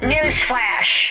Newsflash